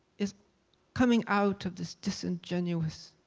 is coming out of this disingenuous